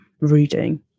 reading